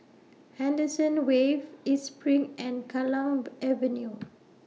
Henderson Wave East SPRING and Kallang Avenue